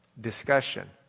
discussion